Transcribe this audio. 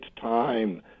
time